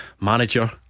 manager